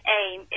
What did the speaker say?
aim